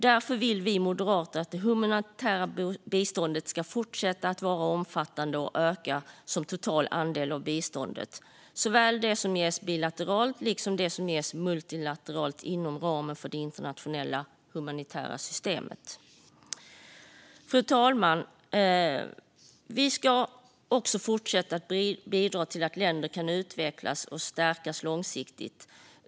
Därför vill vi moderater att det humanitära biståndet ska fortsätta att vara omfattande och öka som total andel av biståndet, såväl det som ges bilateralt som det som ges multilateralt inom ramen för det internationella humanitära systemet. Fru talman! Vi ska också fortsätta att bidra till att länder kan utvecklas och stärkas långsiktigt.